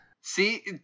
see